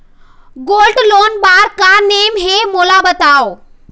Gold loan बार का का नेम हे, मोला बताव?